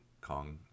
Kong